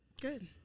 Good